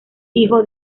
hijo